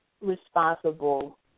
responsible